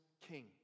king